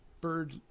bird